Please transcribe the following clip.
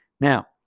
Now